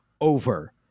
over